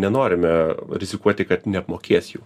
nenorime rizikuoti kad neapmokės jų